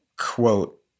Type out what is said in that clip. quote